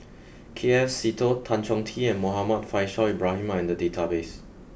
K F Seetoh Tan Chong Tee and Muhammad Faishal Ibrahim are in the database